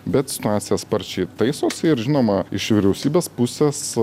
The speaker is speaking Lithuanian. bet situacija sparčiai taisosi ir žinoma iš vyriausybės pusės